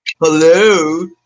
Hello